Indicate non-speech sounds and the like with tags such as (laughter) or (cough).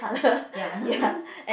ya (laughs)